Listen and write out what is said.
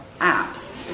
apps